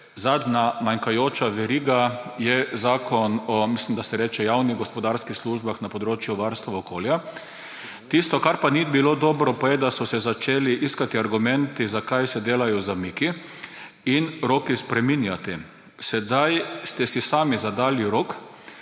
da se tako reče – javnih gospodarskih službah na področju varstva okolja. Tisto, kar ni bilo dobro, pa je, da so se začeli iskati argumenti, zakaj se delajo zamiki, in roki spreminjati. Sedaj ste si sami zadali rok,